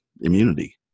immunity